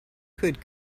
could